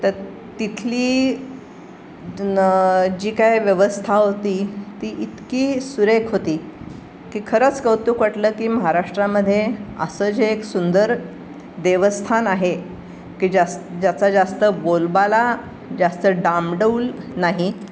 तर तिथली न् जी काय व्यवस्था होती ती इतकी सुरेख होती की खरंच कौतुक वाटलं की महाराष्ट्रामध्ये असं जे एक सुंदर देवस्थान आहे की जास् ज्याचा जास्त बोलबाला जास्त डामडौल नाही